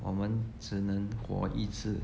我们只能活一次